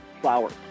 flowers